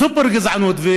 סופר-גזענות.